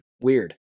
Weird